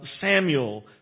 Samuel